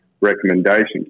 recommendations